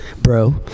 bro